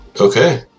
Okay